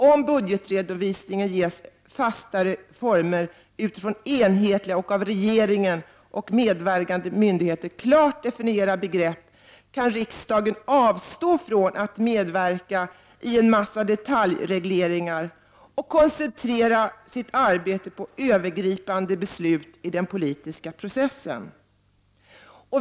Om budgetredovisningen ges fastare former utifrån enhetligare och av regeringen och medverkande myndigheter klart definierade begrepp, kan riksdagen avstå från att medverka i en massa detaljregleringar och koncentrera sitt arbete på övergripande beslut i den politiska processen.